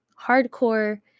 hardcore